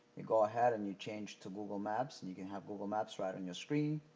you go ahead and you change to google maps and you can have google maps right on your screen.